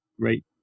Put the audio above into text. Great